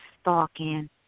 stalking